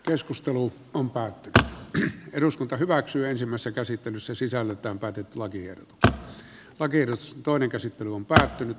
keskustelu on päätteitä eli eduskunta hyväksyy ensimmäistä käsittelyssä sisällöltään päätit lancia talli on virossa toinen käsittely on päättynyt